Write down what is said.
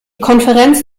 konferenz